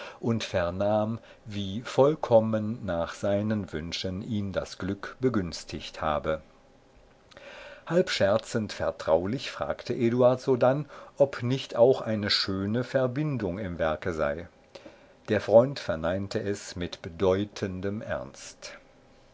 und vernahm wie voll kommen nach seinen wünschen ihn das glück begünstigt habe halb scherzend vertraulich fragte eduard sodann ob nicht auch eine schöne verbindung im werke sei der freund verneinte es mit bedeutendem ernst